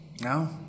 no